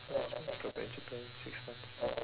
I would just go back japan six months